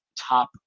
top